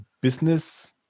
business